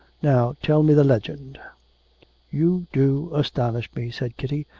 now tell me the legend you do astonish me said kitty,